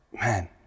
man